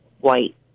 white